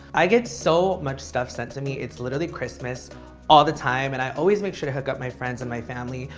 i get so much stuff sent to me. it's literally christmas all the time and i always make sure to hook up my friends and my family.